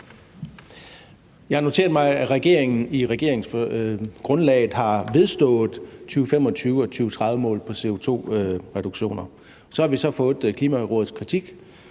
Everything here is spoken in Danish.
Jeg har noteret mig, at regeringen i regeringsgrundlaget har vedstået 2025- og 2030-mål på CO2-reduktioner. Så har vi fået Klimarådets kritik,